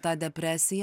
tą depresiją